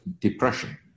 depression